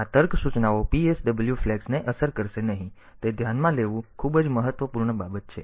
તેથી આ તર્ક સૂચનાઓ PSW ફ્લેગ્સને અસર કરશે નહીં તે ધ્યાનમાં લેવું એ ખૂબ જ મહત્વપૂર્ણ બાબત છે